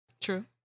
True